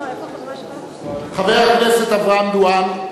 חבר הכנסת אברהם דואן,